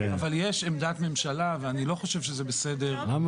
אבל יש עמדת ממשלה ואני לא חושב שזה בסדר לשמוע